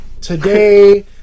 Today